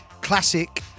classic